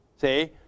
See